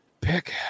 pick